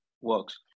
works